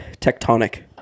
tectonic